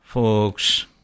Folks